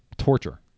Torture